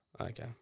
Okay